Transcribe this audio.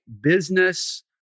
business